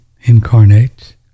incarnate